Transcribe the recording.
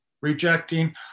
rejecting